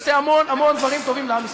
שעושה המון המון דברים טובים לעם ישראל.